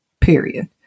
period